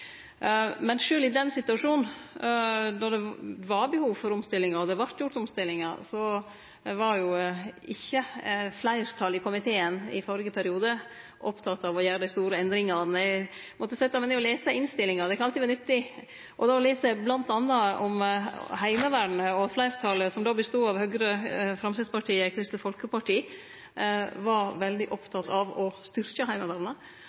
Men sjølv i den situasjonen, då det var behov for omstillingar og det vart gjort omstillingar, var ikkje fleirtalet i komiteen i førre periode oppteke av å gjere dei store endringane. Eg måtte setje meg ned og lese innstillinga – det kan alltid vere nyttig – og då las eg m.a. om Heimevernet. Og fleirtalet, som då bestod av Høgre, Framstegspartiet og Kristeleg Folkeparti, var veldig oppteke av å styrkje Heimevernet